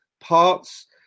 parts